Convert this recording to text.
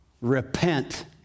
Repent